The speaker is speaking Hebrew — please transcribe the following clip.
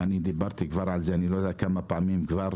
אני דיברתי על זה, אני לא יודע כמה פעמים כבר